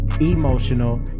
emotional